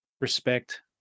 respect